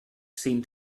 seemed